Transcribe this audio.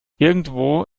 irgendwo